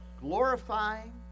glorifying